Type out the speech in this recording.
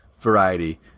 variety